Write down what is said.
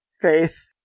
Faith